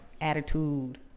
attitude